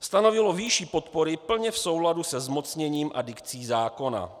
Stanovilo výši podpory plně v souladu se zmocněním a dikcí zákona.